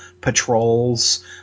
patrols